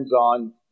on